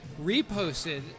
reposted